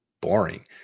boring